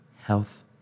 health